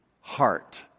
heart